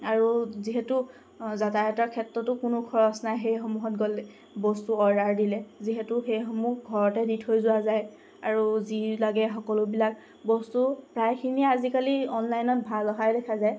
আৰু যিহেতু যাতায়তৰ ক্ষেত্ৰতো কোনো খৰচ নাই সেইসমূহত গ'লে বস্তু অৰ্ডাৰ দিলে যিহেতু সেইসমূহ ঘৰতে দি থৈ যোৱা যায় আৰু যি লাগে সকলোবিলাক বস্তু প্ৰায়খিনিয়ে আজিকালি অনলাইনত ভাল অহাই দেখা যায়